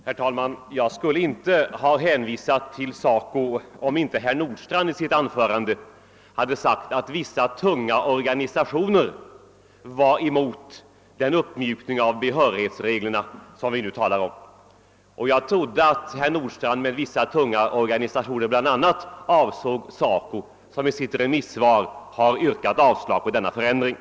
Herr talman! Jag skulle inte ha hänvisat till SACO om inte herr Nordstrandh hade sagt att vissa tunga organisationer var emot en sådan uppmjukning av behörighetsreglerna som vi nu talar om. Jag trodde att herr Nordstrandh med »vissa tunga organisationer» bl.a. avsåg SACO, som i sitt remisssvar har avstyrkt denna förändring.